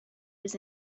was